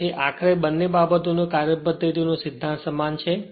તેથી આખરે બંને બાબતોનું કાર્યપદ્ધતિ નો સિદ્ધાંત સમાન છે